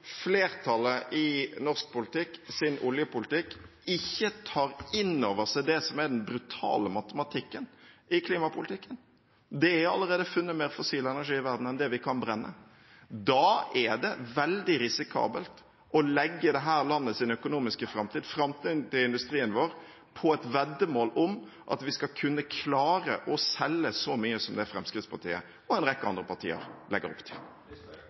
flertallet i norsk politikk tar man ikke inn over seg det som er den brutale matematikken i klimapolitikken: Det er allerede funnet mer fossil energi i verden enn det vi kan brenne. Da er det veldig risikabelt å legge dette landets økonomiske framtid – framtiden til industrien vår – på et veddemål om at vi skal kunne klare å selge så mye som det Fremskrittspartiet og en rekke andre partier legger opp til.